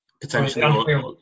Potentially